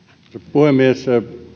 puhemies